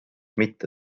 mitte